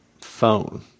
phone